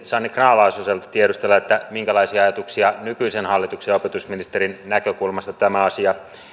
sanni grahn laasoselta tiedustella minkälaisia ajatuksia nykyisen hallituksen ja opetusministerin näkökulmasta tämä asia